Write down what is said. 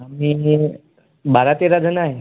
आम्ही बारा तेराजण आहे